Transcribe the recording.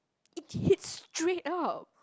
it heats straight out